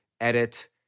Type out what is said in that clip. edit